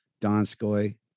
Donskoy